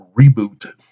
reboot